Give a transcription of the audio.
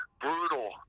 Brutal